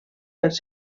pels